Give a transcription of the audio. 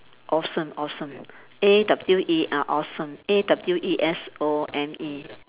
awesome awesome A W E ah awesome A W E S O M E